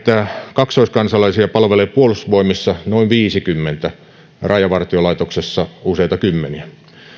kaksoiskansalaisia palvelee puolustusvoimissa noin viisikymmentä rajavartiolaitoksessa useita kymmeniä